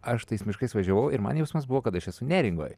aš tais miškais važiavau ir man jausmas buvo kad aš esu neringoj